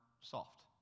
soft